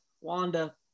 Wanda